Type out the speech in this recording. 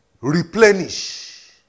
replenish